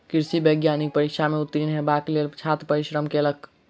कृषि वैज्ञानिक परीक्षा में उत्तीर्ण हेबाक लेल छात्र परिश्रम कयलक